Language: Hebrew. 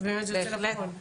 שבאמת זה יוצא לפועל.